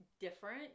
different